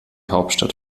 hauptstadt